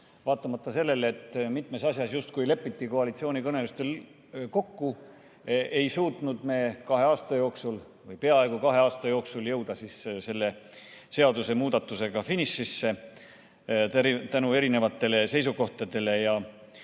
Vaatamata sellele, et mitmes asjas justkui lepiti koalitsioonikõnelustel kokku, ei suutnud me kahe aasta jooksul või peaaegu kahe aasta jooksul jõuda selle seaduse muutmisega finišisse. Seda erinevate seisukohtade ja